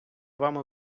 вами